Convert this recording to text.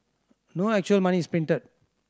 no actual money is printed